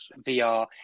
VR